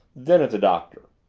then at the doctor.